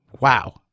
Wow